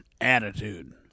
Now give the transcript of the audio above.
attitude